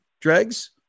Dregs